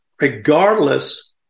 regardless